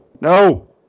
no